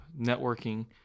networking